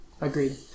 agreed